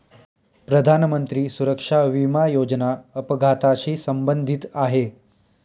प्रधानमंत्री सुरक्षा विमा योजना अपघाताशी संबंधित आहे